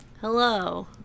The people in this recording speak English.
Hello